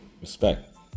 respect